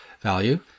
value